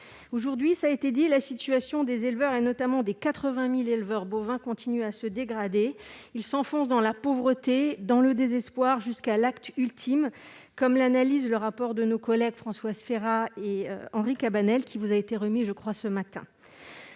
Aujourd'hui, la situation des éleveurs, notamment des 80 000 éleveurs bovins, continue de se dégrader. Ils s'enfoncent dans la pauvreté et le désespoir, jusqu'à l'acte ultime, comme l'analyse le rapport de nos collègues Françoise Férat et Henri Cabanel, qui vous a été remis, me semble-t-il, ce matin.